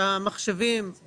משיקום.